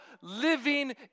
living